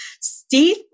Steve